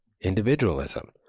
individualism